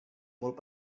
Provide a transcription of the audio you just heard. molt